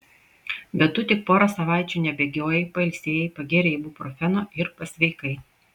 bet tu tik porą savaičių nebėgiojai pailsėjai pagėrei ibuprofeno ir pasveikai